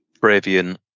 Bravian